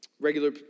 regular